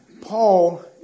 Paul